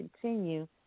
continue